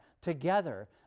together